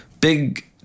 big